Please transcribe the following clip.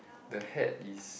the hat is